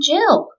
Jill